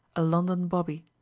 a london bobby.